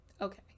Okay